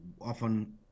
often